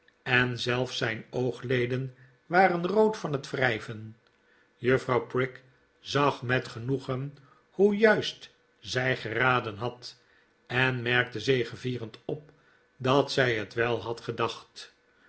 en zelfs zijn oogleden waren rood van het wrijven juffrouw prig zag met genoegen hoe juist zij geraderi had en merkte zegevierend op dat zij het wel had gedacht